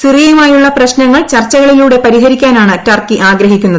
സിറിയയുമായുള്ള പ്രശ്നങ്ങൾ ചർച്ചകളിലൂടെ പരിഹരിക്കാനാണ് ടർക്കി ആഗ്രഹിക്കുന്നത്